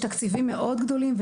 יש תקציבים מאוד גדולים,